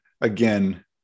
again